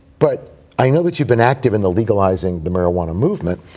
but i know that you've been active in the legalizing the marijuana movement.